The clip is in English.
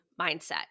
mindset